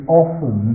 often